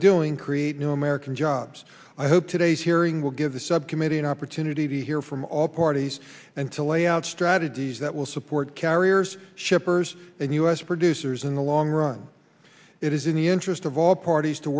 doing create new american jobs i hope today's hearing will give the subcommittee an opportunity to hear from all parties and to lay out strategies that will support carriers shippers and u s producers in the long run it is in the interest of all parties to